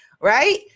right